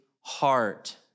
heart